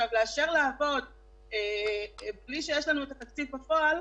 לאשר לעבוד בלי שיש לנו את התקציב בפועל,